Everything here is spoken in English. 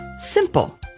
Simple